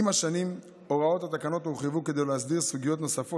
עם השנים הוראות התקנות הורחבו כדי להסדיר סוגיות נוספות